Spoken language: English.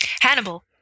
Hannibal